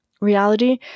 reality